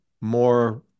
more